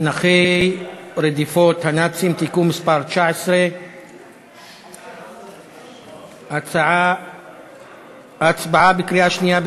נכי רדיפות הנאצים (תיקון מס' 19). הצבעה בקריאה שנייה.